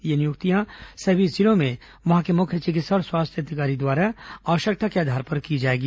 ये नियुक्तियां सभी जिलों में वहां के मुख्य चिकित्सा और स्वास्थ्य अधिकारी द्वारा आवश्यकता के आधार पर की जाएगी